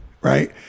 right